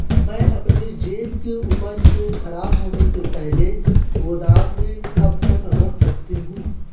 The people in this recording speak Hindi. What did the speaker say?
मैं अपनी सेब की उपज को ख़राब होने से पहले गोदाम में कब तक रख सकती हूँ?